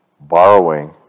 Borrowing